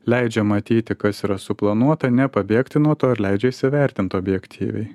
leidžia matyti kas yra suplanuota nepabėgti nuo to ir leidžia įsivertint objektyviai